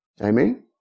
Amen